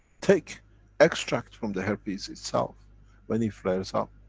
take extracts from the herpes itself when it flares up.